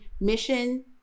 mission